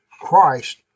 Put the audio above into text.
Christ